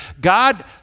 God